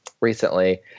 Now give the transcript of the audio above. recently